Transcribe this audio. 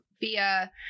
via